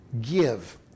Give